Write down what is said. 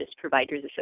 Providers